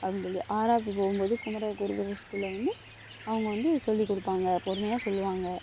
அப்படின்னு சொல்லி ஆறாப்பு போகும்போது குமரகுருபரர் ஸ்கூலில் வந்து அவங்க வந்து சொல்லி கொடுப்பாங்க பொறுமையாக சொல்லுவாங்க